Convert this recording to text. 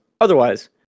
Otherwise